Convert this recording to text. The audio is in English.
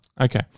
Okay